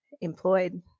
employed